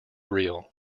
real